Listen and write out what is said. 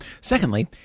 Secondly